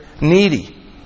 needy